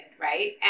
Right